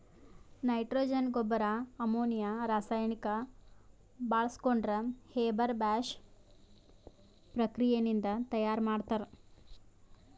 nitrogen ಗೊಬ್ಬರ್ ammonia ರಾಸಾಯನಿಕ್ ಬಾಳ್ಸ್ಕೊಂಡ್ ಹೇಬರ್ ಬಾಷ್ ಪ್ರಕ್ರಿಯೆ ನಿಂದ್ ತಯಾರ್ ಮಾಡ್ತರ್